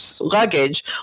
luggage